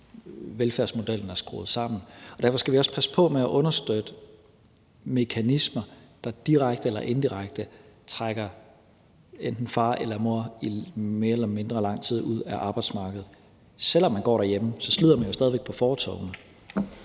velfærdsmodellen er skruet sammen. Derfor skal vi også passe på med at understøtte mekanismer, der direkte eller indirekte trækker enten far eller mor i mere eller mindre lang tid ud af arbejdsmarkedet. Selv om man går derhjemme, slider man jo stadig væk på fortovene.